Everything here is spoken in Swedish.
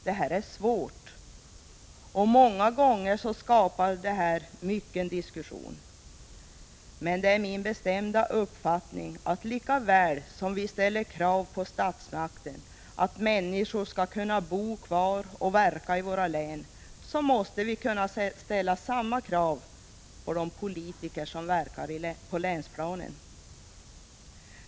Detta är svårt och kan många gånger skapa mycken diskussion, men det är min bestämda uppfattning att lika väl som vi ställer krav på statsmakten att människor skall kunna bo kvar och verka i våra län, lika väl måste vi kunna ställa samma krav på de politiker som verkar på länsplanen.